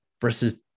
versus